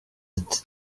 ati